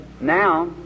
now